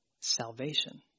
salvation